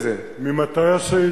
ממתי השאילתא הזאת?